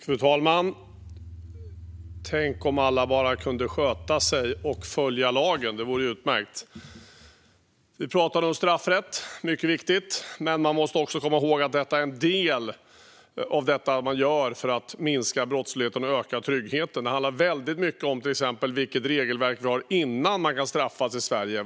Fru talman! Tänk om alla bara kunde sköta sig och följa lagen! Det vore utmärkt. Vi talar om straffrätt. Det är mycket viktigt, men man måste också komma ihåg att detta är en del av vad som görs för att minska brottsligheten och öka tryggheten. Väldigt mycket handlar om vilket regelverk man har innan någon kan straffas i Sverige.